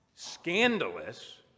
scandalous